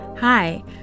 Hi